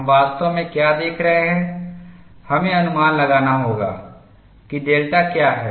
हम वास्तव में क्या देख रहे हैं हमें अनुमान लगाना होगा कि डेल्टा क्या है